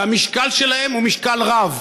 והמשקל שלהם הוא משקל רב,